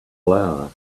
flower